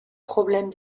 problème